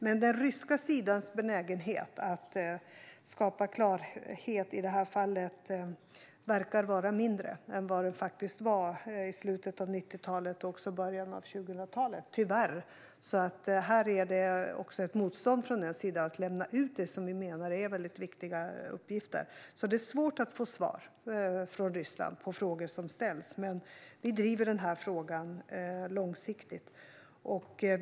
Men den ryska sidans benägenhet att skapa klarhet i det här fallet verkar vara mindre nu än den var i slutet av 90-talet och i början av 2000-talet, tyvärr. Det finns ett motstånd från den sidan när det gäller att lämna ut sådant som vi menar är viktiga uppgifter. Det är svårt att från Ryssland få svar på frågor som ställs. Men vi driver detta långsiktigt.